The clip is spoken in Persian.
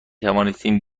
توانستیم